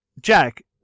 Jack